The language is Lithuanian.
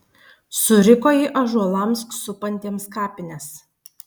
suriko ji ąžuolams supantiems kapines